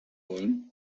wollen